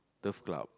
turf club